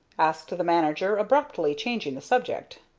asked the manager, abruptly changing the subject.